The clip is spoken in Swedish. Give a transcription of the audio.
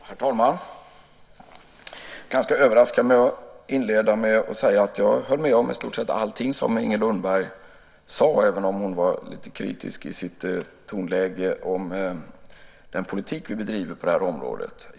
Herr talman! Jag ska överraska med att inleda med att säga att jag höll med om i stort sett allting som Inger Lundberg sade, även om hon var lite kritisk i sitt tonläge om den politik vi bedriver på området.